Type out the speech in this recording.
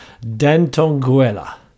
D'Antonguela